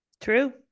True